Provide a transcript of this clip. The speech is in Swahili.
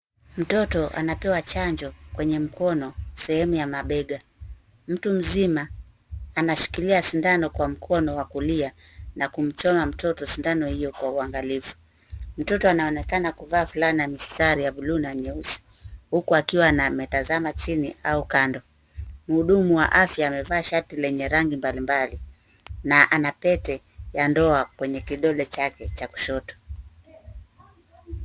Mtoto anapewa chanjo kwenye mkono sehemu ya mabega. Mtu mzima anashikilia sindano kwa mkono wa kulia na kumchoma mtoto sindano hiyo kwa uangalifu. Mtoto anaonekana kuvaa fulana ya mistari ya bluu na nyeusi, huku akiwa ametazama chini au kando. Muhudumu wa afya amevaa shati lenye rangi mbalimbali na ana pete ya ndoa kwenye kidole chake cha kushoto.